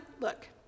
look